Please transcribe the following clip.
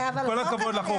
עם כל הכבוד לך,